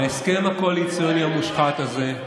ההסכם הקואליציוני המושחת הזה,